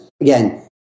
again—